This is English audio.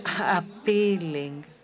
appealing